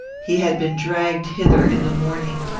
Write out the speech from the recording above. he had been dragged hither in the morning.